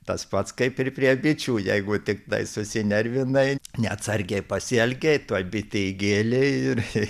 tas pats kaip ir prie bičių jeigu tiktai susinervinai neatsargiai pasielgei tuoj bitė įgėlė ir